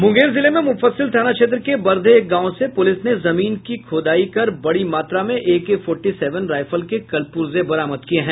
मुंगेर जिले में मुफस्सिल थाना क्षेत्र के बरधे गांव से पुलिस ने जमीन की खुदायी कर बड़ी मात्रा में A K forty seven rifle के कलपुर्जे बरामद किये हैं